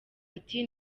ati